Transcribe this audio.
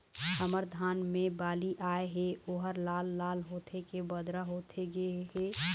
हमर धान मे बाली आए हे ओहर लाल लाल होथे के बदरा होथे गे हे?